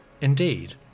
Indeed